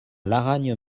laragne